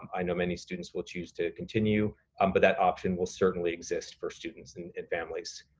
i know many students will choose to continue, um but that option will certainly exist for students and families.